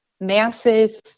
masses